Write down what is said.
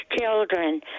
children